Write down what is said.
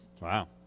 Wow